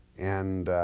and